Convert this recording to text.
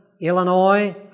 Illinois